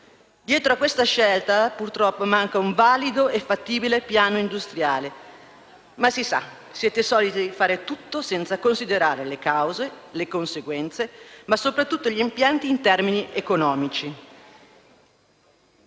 Dietro a questa scelta purtroppo manca un valido e fattibile piano industriale, ma si sa: siete soliti fare tutto senza considerare le cause, le conseguenze, ma soprattutto gli impatti in termini economici.